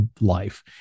life